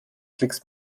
klicks